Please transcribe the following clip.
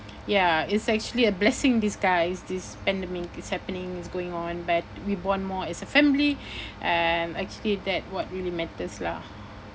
ya it's actually a blessing in disguise this pandemic is happening is going on but we bond more as a family and actually that what really matters lah